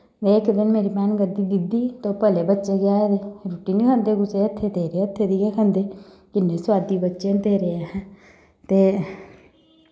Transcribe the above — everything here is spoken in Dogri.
ते इक दिन मेरी भैन करदी दीदी तूं भले बच्चे गजाए दे रुट्टी निं खंदे कुसै दै हत्थै दी तेरे हत्थै दी गै खंदे किन्ने सोआदी बच्चे तेरे अहैं ते